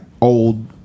old